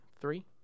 Three